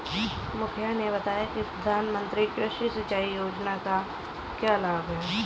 मुखिया ने बताया कि प्रधानमंत्री कृषि सिंचाई योजना का क्या लाभ है?